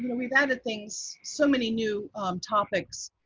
we've added things, so many new topics.